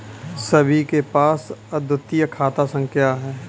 सभी के पास अद्वितीय खाता संख्या हैं